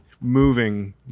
moving